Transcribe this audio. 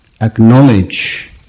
acknowledge